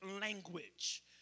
language